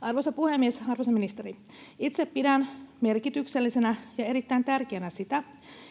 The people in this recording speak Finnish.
Arvoisa puhemies! Arvoisa ministeri! Itse pidän merkityksellisenä ja erittäin tärkeänä sitä,